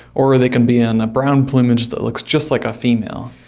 or or they can be in a brown plumage that looks just like a female.